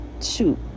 Shoot